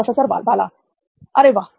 professor Bala अरे वाह